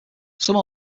some